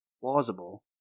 plausible